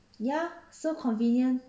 ya so convenient